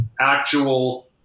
actual